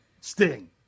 Sting